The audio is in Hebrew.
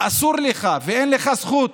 אסור לך, ואין לך זכות,